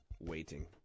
waiting